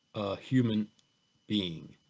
human being.